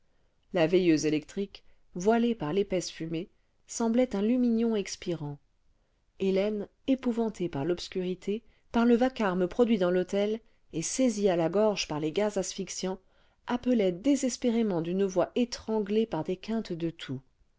la veilleuse électrique voilée par l'épaisse fumée semblait un lumignon expirant hélène épouvantée par l'obscurité par le vacarme produit dans l'hôtel et saisie à la gorge par les gaz axphyxiants appelait désespérément d'une voix étranglée par des quintes cle toux